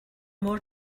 more